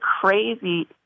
crazy